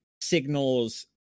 signals